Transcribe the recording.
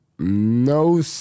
No